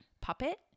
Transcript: puppet